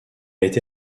été